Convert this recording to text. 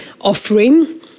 offering